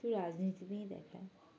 তো রাজনীতি নিয়েই দেখায়